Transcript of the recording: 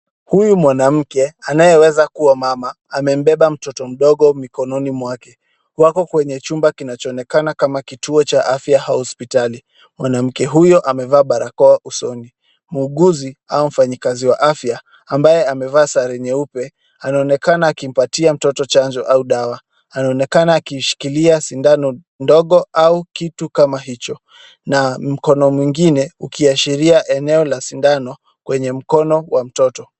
Huyu mwanamke anayeweza kuwa mama amembeba mtoto mdogo mikononi mwake. Wako kwenye chumba kinachoonekana kama kituo cha afya au hospitali. Mwanamke huyo amevaa barakoa usoni. Muuguzi au mfanyikazi wa afya ambaye amevaa sare nyeupe anaonekana akimpatia mtoto chanjo au dawa. Anaonekana akishikilia sindano ndogo au kitu kama hicho na mkono mwingine ukiashiria eneo la sindano kwenye mkono wa mtoto.